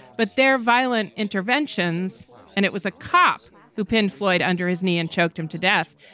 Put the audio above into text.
but their violent interventions and it was a cop who pinned floyd under his knee and choked him to death,